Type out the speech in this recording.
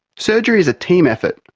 surgery is a team effort,